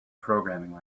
programming